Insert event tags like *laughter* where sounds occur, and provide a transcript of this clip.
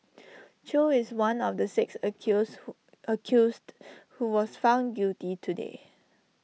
*noise* chew is one of the six accuse who accused who was found guilty today